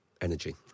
energy